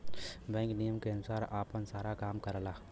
bank नियम के अनुसार आपन सारा काम करला